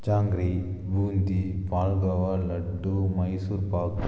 ஜாங்கிரி பூந்தி பால்கோவா லட்டு மைசூர் பாக்கு